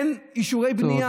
אין אישורי בנייה?